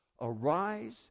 Arise